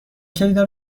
کلیدها